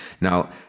now